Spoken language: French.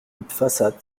pfastatt